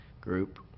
group